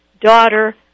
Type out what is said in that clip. Daughter